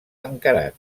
encarat